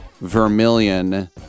Vermilion